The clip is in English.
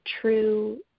true